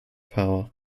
power